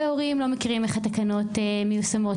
יודעים כיצד תקנות נגישות פרטנית מיושמות,